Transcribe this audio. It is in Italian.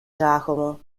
giacomo